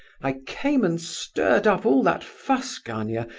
i came and stirred up all that fuss, gania,